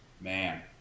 Man